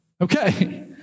okay